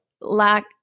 lack